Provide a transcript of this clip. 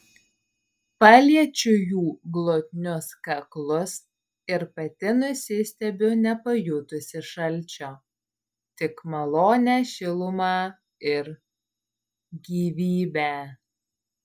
paliečiu jų glotnius kaklus ir pati nusistebiu nepajutusi šalčio tik malonią šilumą ir gyvybę